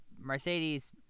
Mercedes